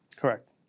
Correct